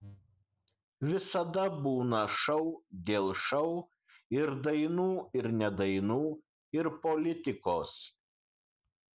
visada būna šou dėl šou ir dainų ir ne dainų ir politikos